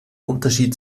unterschied